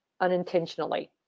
unintentionally